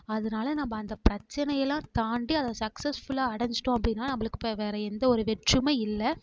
அதனால நம்ம அந்த பிரச்சனையெல்லாம் தாண்டி அதை சக்ஸஸ்ஃபுல்லாக அடைஞ்சிட்டோம் அப்படின்னா நம்மளுக்கு இப்போ வேற எந்த ஒரு வெற்றும இல்லை